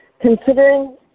Considering